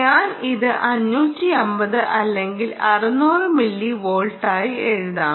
ഞാൻ ഇത് 550 അല്ലെങ്കിൽ 600 മില്ലിവോൾട്ടായി എഴുതാം